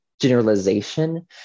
generalization